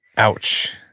ouch!